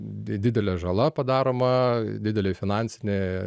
d didelė žala padaroma didelė finansinė